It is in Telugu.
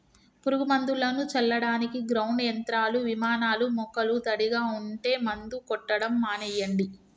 పురుగు మందులను చల్లడానికి గ్రౌండ్ యంత్రాలు, విమానాలూ మొక్కలు తడిగా ఉంటే మందు కొట్టడం మానెయ్యండి